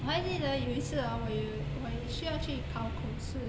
我还记得有一次 hor 我有我也需要去考口试